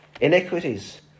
iniquities